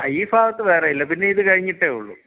ആ ഈ ഭാഗത്തു വേറെയില്ല പിന്നെ ഇത് കഴിഞ്ഞിട്ടേ ഉള്ളൂ